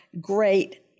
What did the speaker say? great